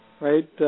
right